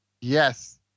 yes